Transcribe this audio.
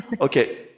Okay